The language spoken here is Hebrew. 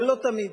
אבל לא תמיד,